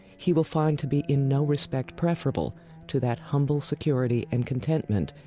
he will find to be in no respect preferable to that humble security and contentment,